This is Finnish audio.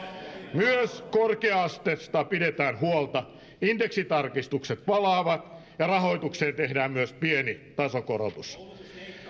myös korkea asteesta pidetään huolta indeksitarkistukset palaavat ja rahoitukseen tehdään myös pieni tasokorotus